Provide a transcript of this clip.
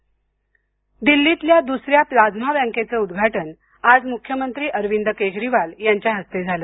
Delhi plasma दिल्लीतल्या दूसऱ्या plasma बँकेचं उद्घाटन आज मुख्यमंत्री अरविंद केजरीवाल यांच्या हस्ते झालं